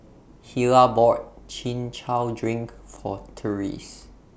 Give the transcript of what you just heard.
Hilah bought Chin Chow Drink For Tyrese